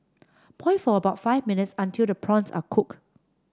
boil for about five minutes until the prawns are cook